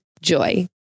Joy